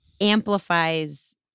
amplifies